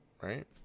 right